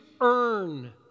earn